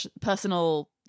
personal